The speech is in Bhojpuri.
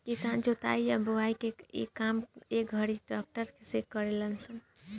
किसान जोताई आ बोआई के काम ए घड़ी ट्रक्टर से करेलन स